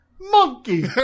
Monkey